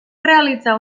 realitzar